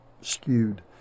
skewed